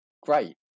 great